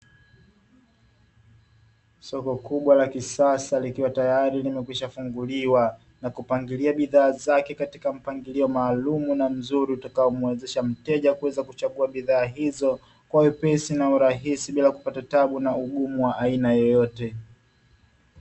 Soko kubwa la kisasa likiwa tayari limekwisha kufunguliwa, na kupangilia bidhaa zake katika mpangilio maalumu na mzuri utakaomwezesha mteja kuweza kuchagua bidhaa hizo, kwa uwepesi na urahisi bila kupata taabu na ugumu wa aina yoyote.